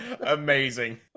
Amazing